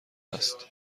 است